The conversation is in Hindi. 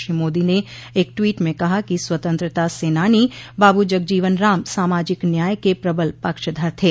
श्री मोदी ने एक ट्वीट में कहा कि स्वतंत्रता सेनानी बाबू जगजीवन राम सामाजिक न्याय के प्रबल पक्षधर थे